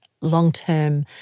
long-term